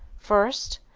first,